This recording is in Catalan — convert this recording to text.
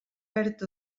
perd